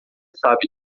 sabe